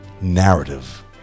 narrative